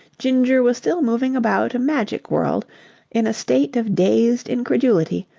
ginger was still moving about a magic world in a state of dazed incredulity,